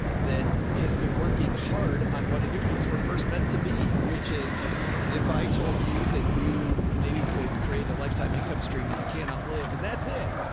that has been working hard on what annuities were first meant to be, which is if i told you that you maybe could create a lifetime income stream that you cannot live, and that's it.